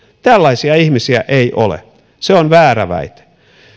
tällaisia ihmisiä ei ole se on väärä väite